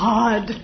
God